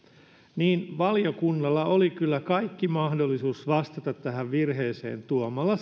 niin valiokunnalla oli kyllä kaikki mahdollisuudet vastata tähän virheeseen tuomalla